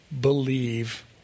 believe